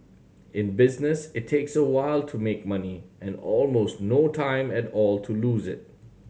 in business it takes a while to make money and almost no time at all to lose it